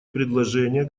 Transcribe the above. предложения